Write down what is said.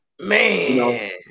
Man